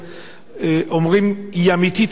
אומרים שהיא אמיתית או לא אמיתית,